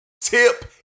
tip